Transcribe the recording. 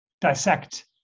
dissect